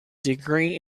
degree